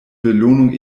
belohnung